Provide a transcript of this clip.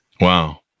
Wow